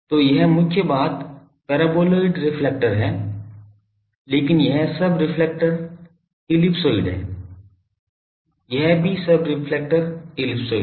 तो यह मुख्य बात परबोलाइड रेफ्लेक्टर है लेकिन यह सब रेफ्लेक्टर इलिप्सॉइड है यह भी सब रेफ्लेक्टर इलिप्सॉइड है